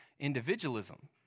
Individualism